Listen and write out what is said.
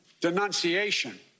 denunciation